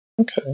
Okay